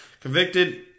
convicted